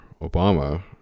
Obama